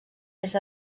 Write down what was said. més